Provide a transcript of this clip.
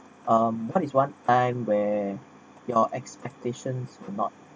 erm what is what time where your expectations were not met